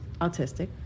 autistic